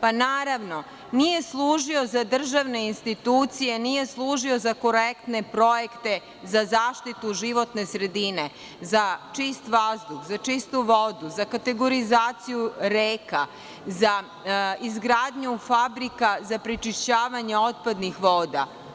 Pa nije služio za državne institucije, nije služio za izuzetne projekte, za zaštitu životne sredine, za čistu vodu, za kategorizaciju reka, za izgradnju fabrika, za prečišćavanje otpadnih voda.